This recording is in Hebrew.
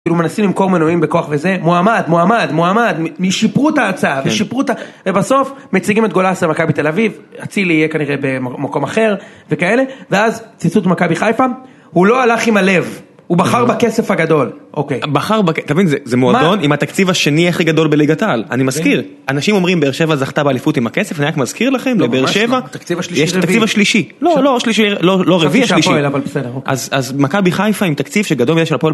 כאילו מנסים למכור מנועים בכוח וזה, מועמד, מועמד, מועמד, שיפרו את ההצעה, ובסוף מציגים את גולאס למכבי תל אביב, אצילי יהיה כנראה במקום אחר, וכאלה, ואז ציטוט מכבי חיפה, הוא לא הלך עם הלב, הוא בחר בכסף הגדול, אוקיי. בחר בכסף, אתה מבין, זה מועדון עם התקציב השני הכי גדול בליגת העל, אני מזכיר, אנשים אומרים באר שבע זכתה באליפות עם הכסף, אני רק מזכיר לכם, זה באר שבע, יש את התקציב השלישי. לא רביעי, השלישי, אז מכבי חיפה עם תקציב שגדול מזה של הפועל